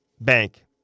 Bank